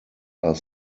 are